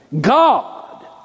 God